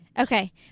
Okay